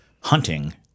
hunting